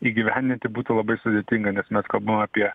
įgyvendinti būtų labai sudėtinga nes mes kalbam apie